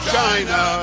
China